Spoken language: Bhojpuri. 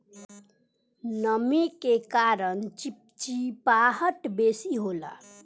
नमी के कारण चिपचिपाहट बेसी होला